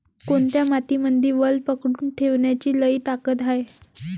कोनत्या मातीमंदी वल पकडून ठेवण्याची लई ताकद हाये?